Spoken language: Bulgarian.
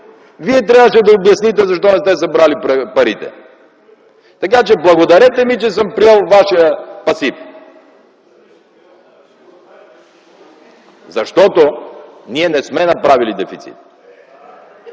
вие трябваше да обясните защо не сте събрали парите. Така че благодарете ми, че съм приел вашия пасив! Защото ние не сме направили дефицит